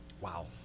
Wow